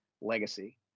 legacy